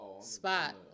spot